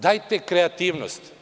Dajte kreativnost.